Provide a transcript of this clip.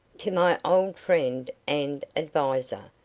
to my old friend and adviser,